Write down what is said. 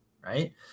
right